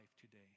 today